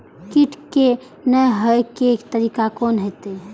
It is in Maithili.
कीट के ने हे के तरीका कोन होते?